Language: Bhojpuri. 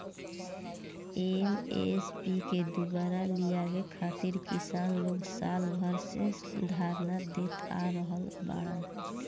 एम.एस.पी के दुबारा लियावे खातिर किसान लोग साल भर से धरना देत आ रहल बाड़न